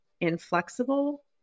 inflexible